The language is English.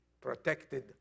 protected